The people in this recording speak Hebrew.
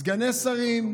סגני שרים,